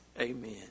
Amen